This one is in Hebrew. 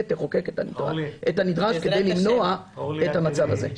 תחוקק את הנדרש כדי למנוע את המצב הזה.